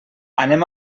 anem